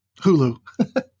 Hulu